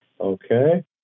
Okay